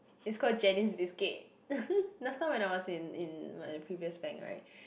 it's called jenny's biscuit last time when I was in in my previous bank right